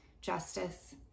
justice